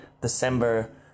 December